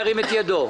ירים את ידו.